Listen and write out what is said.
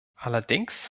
allerdings